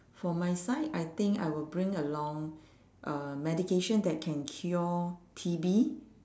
for my side I think I will bring along uh medication that can cure T_B